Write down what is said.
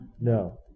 No